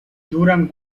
duran